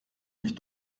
mich